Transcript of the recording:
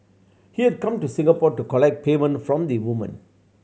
he had come to Singapore to collect payment from the woman